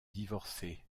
divorcé